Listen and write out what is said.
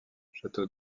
château